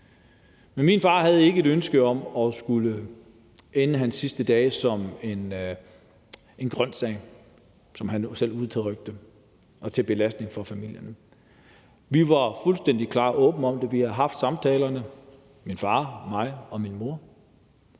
Men min far havde ikke et ønske om at skulle ende sine sidste dage som en grøntsag, som han selv udtrykte det, og være til belastning for familien. Vi var fuldstændig klare og åbne om det, vi havde haft samtalerne, min far, mig og min mor,